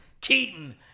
Keaton